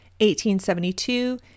1872